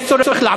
נכון.